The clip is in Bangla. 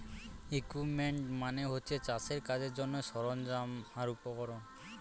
ইকুইপমেন্ট মানে হচ্ছে চাষের কাজের জন্যে সরঞ্জাম আর উপকরণ